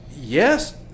Yes